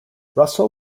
russell